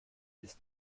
ist